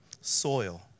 soil